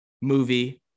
movie